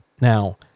Now